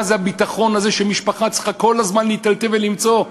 מה זה הביטחון הזה שמשפחה צריכה כל הזמן להיטלטל ולמצוא?